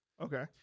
Okay